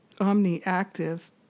omni-active